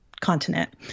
continent